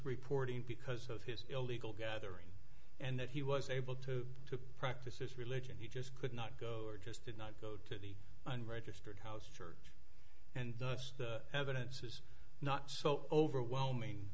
reporting because of his illegal gathering and that he was able to to practice his religion he just could not go or just did not go to the unregistered house church and thus the evidence is not so overwhelming